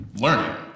learning